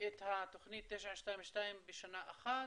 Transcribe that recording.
את התוכנית 922 בשנה אחת,